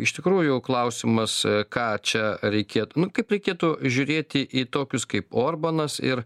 iš tikrųjų klausimas ką čia reikėt nu kaip reikėtų žiūrėti į tokius kaip orbanas ir